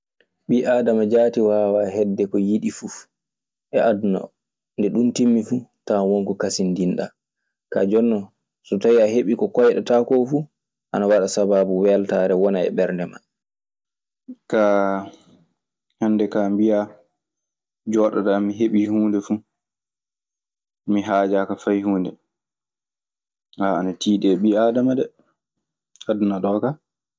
Ɓi adama jati wawa hedde ko yiɗi fu aduna o. Nde ɗun timi fu tawa wonko kasam jiɗa. Ka jonnon so tawi a heɓi ko koyɗatakofu; ana waɗa sabaabu weltare wona e ɓernde ma. Ka- hannde ka mbiya, njooɗoɗa mi heɓii huunde fuu, mi hajaaka fay huunde, ah ana tiiɗi e ɓi Aadama de, aduna ɗo ka.